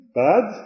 bad